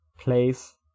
place